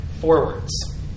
forwards